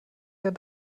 der